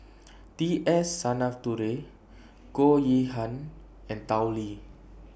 T S Sinnathuray Goh Yihan and Tao Li